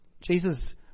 Jesus